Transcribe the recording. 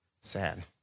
sad